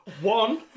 One